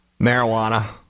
marijuana